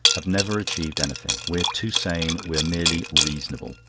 have never achieved anything. we're too sane we're merely reasonable.